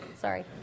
Sorry